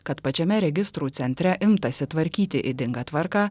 kad pačiame registrų centre imtasi tvarkyti ydingą tvarką